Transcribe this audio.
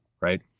right